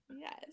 yes